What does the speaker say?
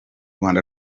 rwanda